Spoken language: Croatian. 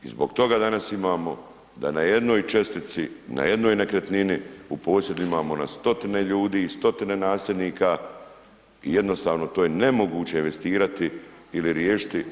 I zbog toga danas imamo da na jednoj čestici, na jednoj nekretnini u posjedu imamo na stotine ljudi i stotine ... i jednostavno to je nemoguće investirati ili riješiti.